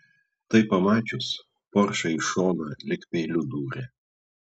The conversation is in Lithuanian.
tai pamačius poršai į šoną lyg peiliu dūrė